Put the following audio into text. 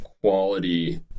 quality